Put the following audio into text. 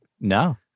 No